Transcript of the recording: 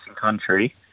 country